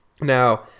Now